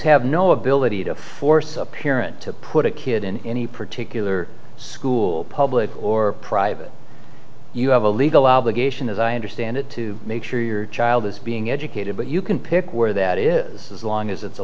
have no ability to force a parent to put a kid in any particular school public or private you have a legal obligation as i understand it to make sure your child is being educated but you can pick where that is as long as it's a